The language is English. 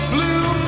Blue